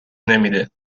نمیده